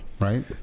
right